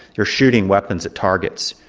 you're shooting weapons at targets.